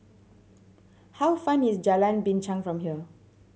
how fan is Jalan Binchang from here